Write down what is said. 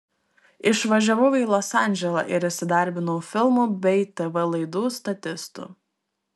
išvažiavau į los andželą ir įsidarbinau filmų bei tv laidų statistu